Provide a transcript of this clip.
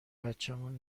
بچمون